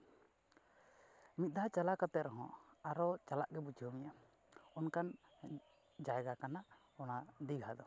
ᱢᱤᱫ ᱫᱷᱟᱣ ᱪᱟᱞᱟᱣ ᱠᱟᱛᱮᱫ ᱨᱮᱦᱚᱸ ᱟᱨᱚ ᱪᱟᱞᱟᱜ ᱜᱮ ᱵᱩᱡᱷᱟᱹᱣ ᱢᱮᱭᱟ ᱚᱱᱠᱟᱱ ᱡᱟᱭᱜᱟ ᱠᱟᱱᱟ ᱚᱱᱟ ᱫᱤᱜᱷᱟ ᱫᱚ